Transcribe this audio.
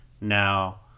now